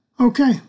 Okay